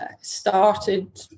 started